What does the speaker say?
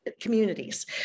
communities